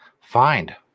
find